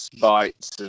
bites